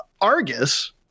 Argus